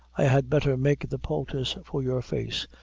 i had better make the poultice for your face,